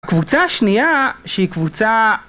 הקבוצה השנייה, שהיא קבוצה...